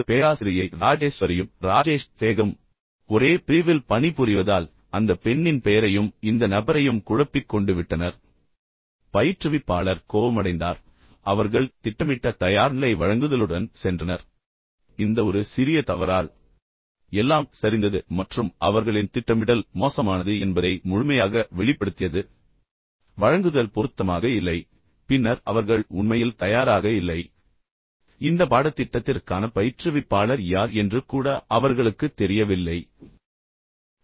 இப்போது பேராசிரியை ராஜேஸ்வரியும் ராஜேஷ் சேகரும் ஒரே பிரிவில் பணிபுரிவதால் அந்த பெண்ணின் பெயரையும் இந்த நபரையும் குழப்பிக் கொண்டுவிட்டனர் இப்போது பயிற்றுவிப்பாளர் கோபமடைந்தார் பின்னர் அவர்கள் திட்டமிட்ட தயார்நிலை வழங்குதலுடன் சென்றனர் இந்த ஒரு சிறிய தவறால் எல்லாம் சரிந்தது மற்றும் அவர்களின் திட்டமிடல் மோசமானது என்பதை முழுமையாக வெளிப்படுத்தியது வழங்குதல் பொருத்தமாக இல்லை பின்னர் அவர்கள் உண்மையில் தயாராக இல்லை இந்த பாடத்திட்டத்திற்கான பயிற்றுவிப்பாளர் யார் என்று கூட அவர்களுக்குத் தெரியவில்லை அது ராஜேஷ் சேகரா அல்லது ராஜேஸ்வரியா